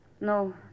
No